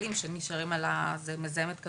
מהנוזלים שנשארים מזהם את כדור הארץ.